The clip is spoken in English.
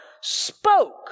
spoke